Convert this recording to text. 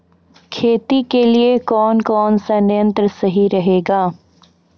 खेती के लिए कौन कौन संयंत्र सही रहेगा?